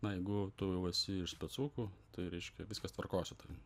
na jeigu tu jau esi iš specukų tai reiškia viskas tvarkoj su tavim